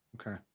Okay